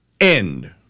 end